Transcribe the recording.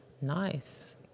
Nice